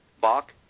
Bach